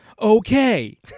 okay